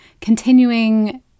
continuing